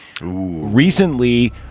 recently